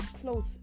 close